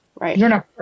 Right